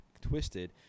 twisted